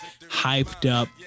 hyped-up